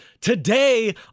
today